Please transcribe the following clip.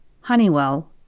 Honeywell